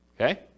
Okay